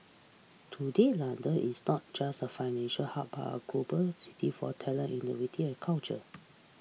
today London is not just a financial hub but a global city for talent innovative and culture